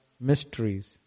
mysteries